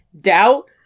doubt